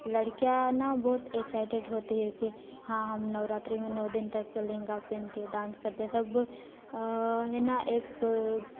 लडकियाँ ना बहुत एक्साइटेड होती हैं कि हाँ हम नवरात्रि में नौ दिन तक लहंगा पहन के डांस करते हैं सब वो है ना एक